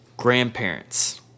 grandparents